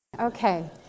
Okay